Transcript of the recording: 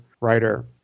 writer